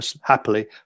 happily